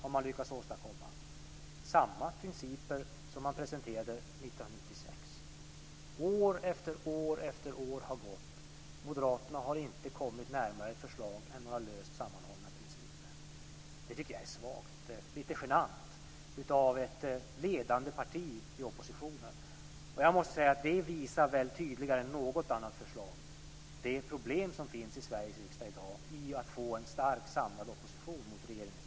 Det är samma principer som man presenterade 1996. År efter år har gått och Moderaterna har inte kommit närmare ett förslag än några löst sammanhållna principer. Det tycker jag är svagt. Det är lite genant för ett ledande parti i oppositionen. Det visar väl tydligare än något annat förslag det problem som finns i Sveriges riksdag med att få en stark samlad opposition mot regeringens politik.